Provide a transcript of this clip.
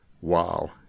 Wow